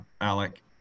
Alec